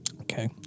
Okay